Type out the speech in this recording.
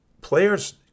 Players